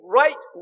right